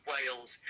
Wales